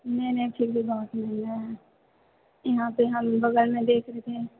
नहीं नहीं फ़िर भी बहुत महंगा है यहाँ पर यहाँ बगल में देख रहे थे